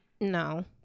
No